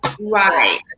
Right